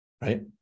Right